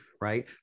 right